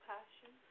Passion